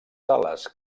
sales